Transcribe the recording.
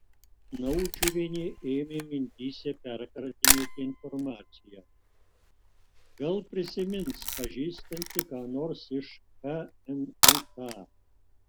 naudžiuvienė ėmė mintyse perkratinėti informaciją gal prisimins pažįstanti ką nors iš kmuk